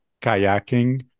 kayaking